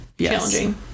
challenging